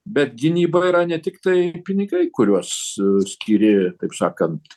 bet gynyba yra ne tiktai pinigai kuriuos skiri taip sakant